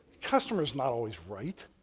customer is not always right.